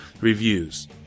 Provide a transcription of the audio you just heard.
reviews